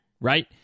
right